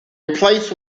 replaced